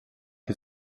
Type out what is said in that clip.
que